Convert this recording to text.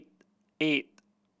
eight